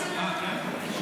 קריאה: אה, כן?